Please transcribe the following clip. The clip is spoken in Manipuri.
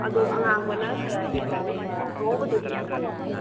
ꯑꯗꯣ ꯑꯉꯥꯡꯕꯅ ꯈꯔ ꯍꯦꯜꯂꯅꯤ ꯑꯉꯧꯕꯗꯨꯗꯤ ꯌꯥꯡꯈꯩ